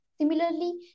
Similarly